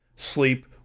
sleep